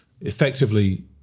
effectively